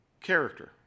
character